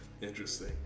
Interesting